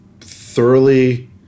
thoroughly